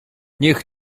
niech